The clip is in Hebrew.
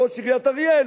ראש עיריית אריאל,